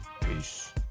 Peace